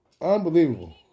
unbelievable